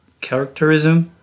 characterism